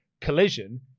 Collision